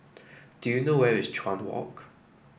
do you know where is Chuan Walk